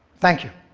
thank you.